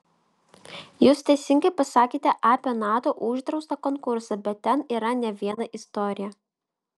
jūs teisingai pasakėte apie nato uždraustą konkursą bet ten yra ne viena istorija